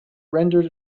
rendered